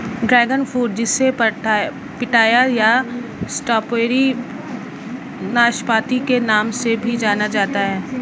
dragon fruit जिसे पिठाया या स्ट्रॉबेरी नाशपाती के नाम से भी जाना जाता है